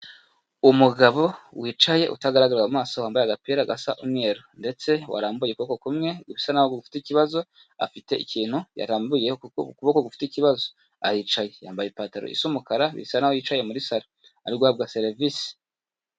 Umugabo wicaye utagaragara mu maso wambaye agapira gasa umweru, ndetse warambuye ukuboko kumwe gusa naho gufite ikibazo, afite ikintu yarambuye kuko kuboko gufite ikibazo, aricaye yambaye ipantaro isa umukara bisa naho yicaye muri saro ari guhabwa serivisi.